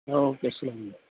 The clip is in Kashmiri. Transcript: او کے اسلام علیکُم